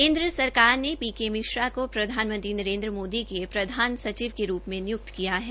केन्द्र सरकार ने पी के मिश्रा को प्रधानमंत्री नरेन्द्र मोदी के प्रधानसचिव के रूप में निय्क्त किया है